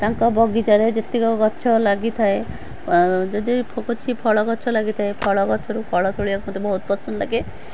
ତାଙ୍କ ବଗିଚାରେ ଯେତିକି ଗଛ ଲାଗିଥାଏ ଯଦି କିଛି ଫଳ ଗଛ ଲାଗିଥାଏ ଫଳ ଗଛରୁ ଫଳ ତୋଳିବାକୁ ମୋତେ ବହୁତ ପସନ୍ଦ ଲାଗେ